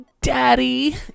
Daddy